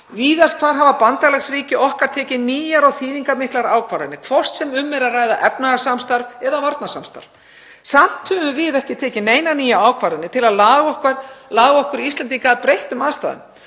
Víðast hvar hafa bandalagsríki okkar tekið nýjar og þýðingarmiklar ákvarðanir, hvort sem um er að ræða efnahagssamstarf eða varnarsamstarf. Samt höfum við Íslendingar ekki tekið neinar nýjar ákvarðanir til að laga okkur að breyttum aðstæðum.